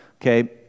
okay